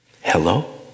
Hello